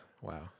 Wow